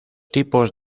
tipos